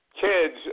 kids